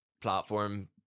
platform